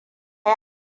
yi